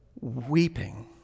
weeping